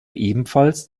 ebenfalls